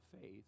faith